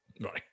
Right